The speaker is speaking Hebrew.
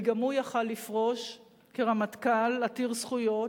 כי גם הוא יכול לפרוש כרמטכ"ל עתיר זכויות,